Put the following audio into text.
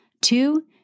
Two